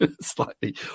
slightly